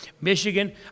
Michigan